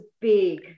big